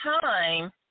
time